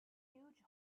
huge